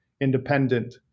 independent